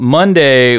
Monday